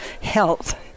health